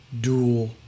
Dual